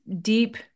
deep